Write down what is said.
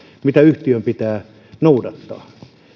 mitä yhtiön pitää noudattaa